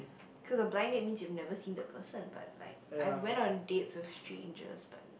cause a blind date means you've never seen the person but like I've went on dates with strangers but